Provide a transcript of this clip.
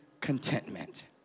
contentment